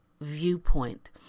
viewpoint